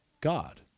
God